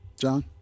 john